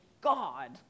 God